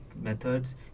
methods